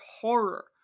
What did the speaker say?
horror